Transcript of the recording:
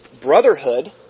brotherhood